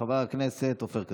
חבר הכנסת עופר כסיף,